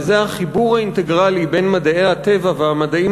וזה החיבור האינטגרלי בין מדעי הטבע והמדעים